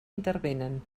intervenen